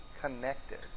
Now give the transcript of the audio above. connected